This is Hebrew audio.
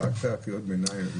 צעקת קריאות ביניים.